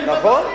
אז, אלה, נכון.